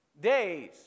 days